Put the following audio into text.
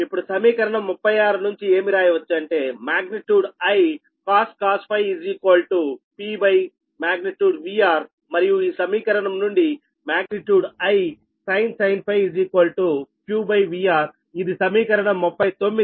ఇప్పుడు సమీకరణం 36 నుంచి ఏమి రాయవచ్చు అంటే మాగ్నిట్యూడ్ |I|cos ∅ P|VR|మరియు ఈ సమీకరణం నుండి మాగ్నిట్యూడ్ |I|sin ∅ Q VRఇది సమీకరణం 39